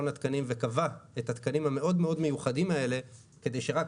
התקנים וקבע את התקנים המאוד מאוד מיוחדים כאלה כדי שרק